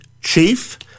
Chief